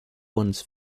ones